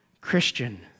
Christian